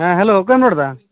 ᱦᱮᱸ ᱦᱮᱞᱳ ᱚᱠᱚᱭᱮᱢ ᱨᱚᱲ ᱮᱫᱟ